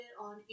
on